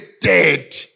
dead